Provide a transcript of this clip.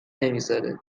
نمیذاره